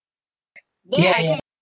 ya ya